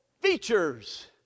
features